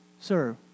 Sir